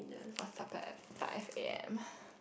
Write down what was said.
for supper at five a_m